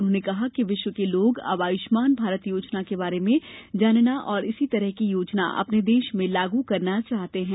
उन्होंने कहा कि विश्व के लोग अब आयुष्मान भारत योजना के बारे में जानना और इसी तरह की योजना अपने देश में लागू करना चाहते हैं